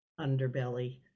underbelly